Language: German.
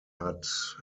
hat